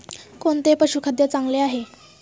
कोणते पशुखाद्य चांगले आहे?